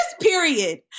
period